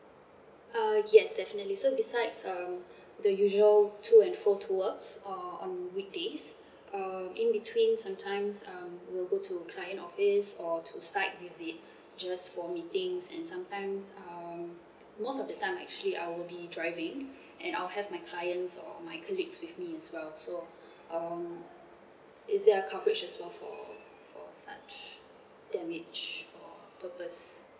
uh yes definitely so besides um the usual to and fro to work uh on weekdays um in between sometimes um will go to client's office or to site visit just for meetings and sometimes um most of the time actually I will be driving and I will have my clients or my colleagues with me as well so um is there a coverage as well for for such damage or purpose